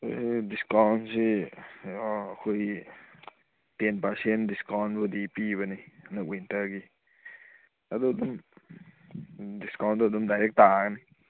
ꯗꯤꯁꯀꯥꯎꯟꯁꯤ ꯑꯩꯈꯣꯏꯒꯤ ten percent ꯗꯤꯁꯀꯥꯎꯟꯕꯨꯗꯤ ꯄꯤꯕꯅꯦ ꯍꯟꯗꯛ ꯋꯤꯟꯇꯔꯒꯤ ꯑꯗꯣ ꯑꯗꯨꯝ ꯗꯤꯁꯀꯥꯎꯟꯗꯣ ꯑꯗꯨꯝ ꯗꯥꯏꯔꯦꯛ ꯇꯥꯔꯅꯤ